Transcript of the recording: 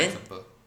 then